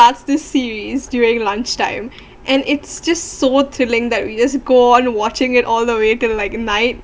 starts this series during lunch time and it's just so thrilling that we just go on watching it all the way till like night